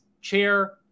chair